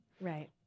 Right